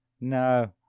No